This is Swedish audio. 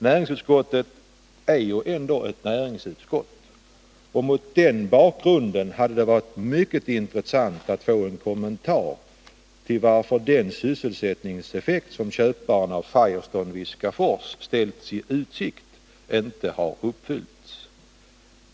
Näringsutskottet är ändå ett näringsutskott, och mot den bakgrunden hade det t.ex. varit mycket intressant att få en kommentar till varför den sysselsättningseffekt som köparen av Firestone-Viskafors ställt i utsikt har uteblivit.